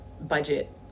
budget